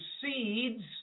seeds